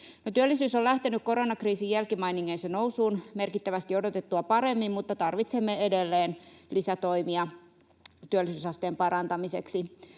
Työllisyys on lähtenyt koronakriisin jälkimainingeissa nousuun merkittävästi odotettua paremmin, mutta tarvitsemme edelleen lisätoimia työllisyysasteen parantamiseksi.